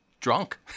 drunk